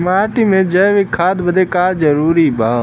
माटी में जैविक खाद बदे का का जरूरी ह?